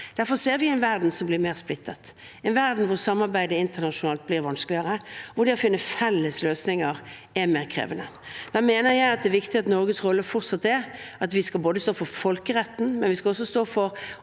Derfor ser vi en verden som blir mer splittet, en verden hvor samarbeidet internasjonalt blir vanskeligere, hvor det å finne felles løsninger er mer krevende. Da mener jeg det er viktig at Norges rolle fortsatt er at vi skal stå opp for folkeretten, men vi skal også arbeide